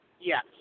Yes